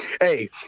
Hey